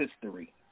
history